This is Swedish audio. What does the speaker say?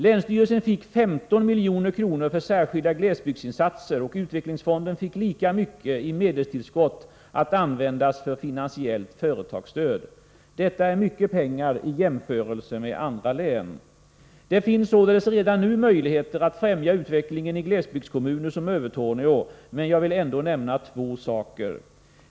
Länsstyrelsen fick 15 milj.kr. för särskilda glesbygdsinsatser, och utvecklingsfonden fick lika mycket i medelstillskott att användas för finansiellt företagsstöd. Detta är mycket pengar i jämförelse med vad andra län får. Det finns således redan nu möjligheter att främja utvecklingen i glesbygdskommuner som Övertorneå, men jag vill ändå nämna två saker.